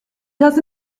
does